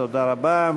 תודה רבה.